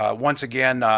ah once again,